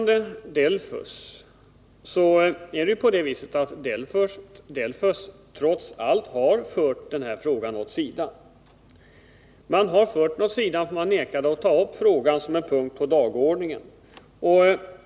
DELFUS har trots allt fört den här frågan åt sidan. Man har fört den åt sidan när man vägrade att ta upp den som en punkt på dagordningen.